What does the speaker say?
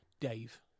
Dave